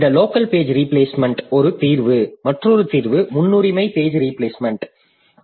இந்த local page replacement ஒரு தீர்வு மற்றொரு தீர்வு முன்னுரிமை பேஜ் ரீபிளேஸ்மெண்ட் ஆகும்